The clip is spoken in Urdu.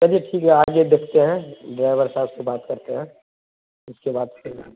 چلیے ٹھیک ہے آگے دیکھتے ہیں ڈرائیور صاحب سے بات کرتے ہیں اس کے بعد پھر